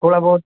थोड़ा बहुत